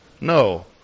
No